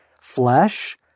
flesh